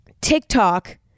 TikTok